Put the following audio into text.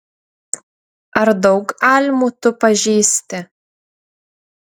ar daug almų tu pažįsti